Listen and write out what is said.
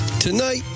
Tonight